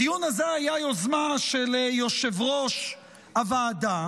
הדיון הזה היה יוזמה של יושב-ראש הוועדה,